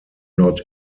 not